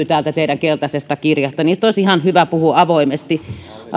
täältä teidän keltaisesta kirjastanne niistä olisi ihan hyvä puhua avoimesti